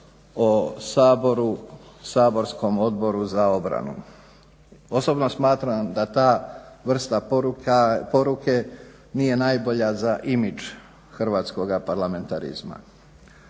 saborskom Odboru za obranu. Osobno smatram da ta vrsta poruke nije najbolja za image hrvatskoga parlamentarizma.